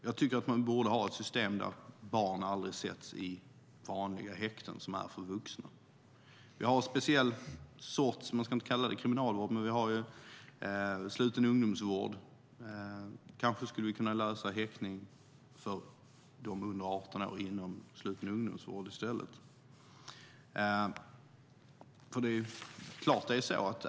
Jag tycker att man borde ha ett system där barn aldrig sätts i vanliga häkten som är för vuxna. Vi har en speciell sorts verksamhet - fast man inte ska kalla det kriminalvård - som är sluten ungdomsvård. Kanske skulle vi kunna lösa häktning för dem under 18 år inom sluten ungdomsvård i stället.